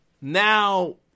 Now